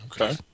Okay